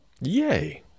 Yay